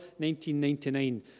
1999